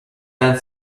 than